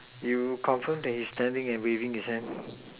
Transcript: you confirm that he standing and waving his hand